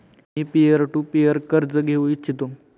me peer to peer कर्ज घेऊ इच्छितो